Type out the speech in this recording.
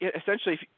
essentially